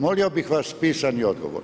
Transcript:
Molio bih vas pisani odgovor.